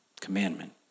commandment